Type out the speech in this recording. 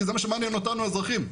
כי זה מה שמעניין אותנו האזרחים.